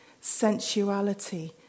sensuality